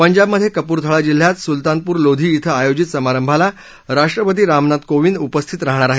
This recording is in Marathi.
पंजाबमधे कपुरथळा जिल्ह्यात सुलतानपूर लोधी विं आयोजित समारंभाला राष्ट्रपती रामनाथ कोविंद उपस्थित राहणार आहेत